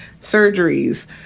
surgeries